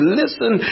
listen